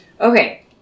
Okay